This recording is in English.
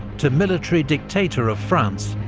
to military dictator of france,